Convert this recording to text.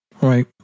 Right